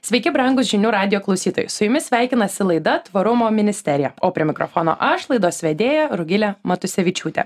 sveiki brangūs žinių radijo klausytojai su jumis sveikinasi laida tvarumo ministerija o prie mikrofono aš laidos vedėja rugilė matusevičiūtė